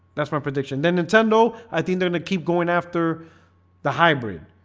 that's my prediction then nintendo. i think they're gonna keep going after the hybrid.